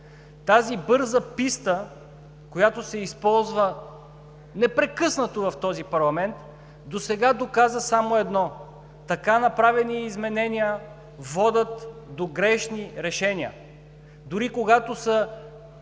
Тази бърза писта, която се използва непрекъснато в този парламент досега, доказа само едно: така направени изменения водят до грешни решения, дори когато са